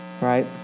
Right